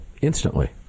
instantly